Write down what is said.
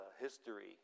history